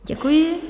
Děkuji.